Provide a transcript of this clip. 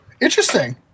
Interesting